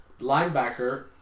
Linebacker